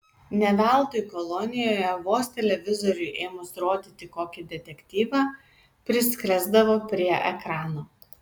ne veltui kolonijoje vos televizoriui ėmus rodyti kokį detektyvą priskresdavo prie ekrano